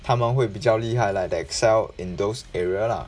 他们会比较厉害 like they excel in those area lah